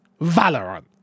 Valorant